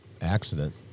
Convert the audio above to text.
accident